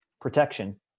Protection